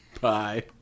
Bye